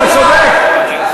אתה צודק.